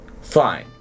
Fine